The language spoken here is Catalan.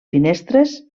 finestres